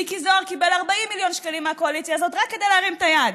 מיקי זוהר קיבל 40 מיליון שקלים מהקואליציה הזאת רק כדי להרים את היד,